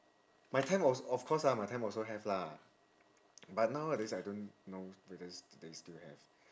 my time of of course ah my time also have lah but nowadays I don't know whether do they still have